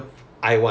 I want